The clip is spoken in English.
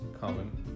common